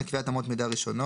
8. קביעת אמות מידה ראשונות.